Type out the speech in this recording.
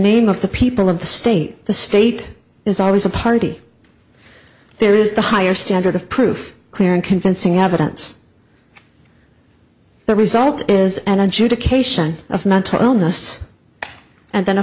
name of the people of the state the state is always a party there is the higher standard of proof clear and convincing evidence the result is an adjudication of mental illness and then